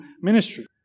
ministry